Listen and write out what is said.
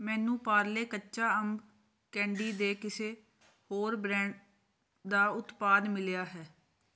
ਮੈਨੂੰ ਪਾਰਲੇ ਕੱਚਾ ਅੰਬ ਕੈਂਡੀ ਦੇ ਕਿਸੇ ਹੋਰ ਬ੍ਰੈਂਡ ਦਾ ਉਤਪਾਦ ਮਿਲਿਆ ਹੈ